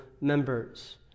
members